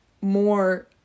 more